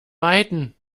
weiten